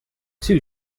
two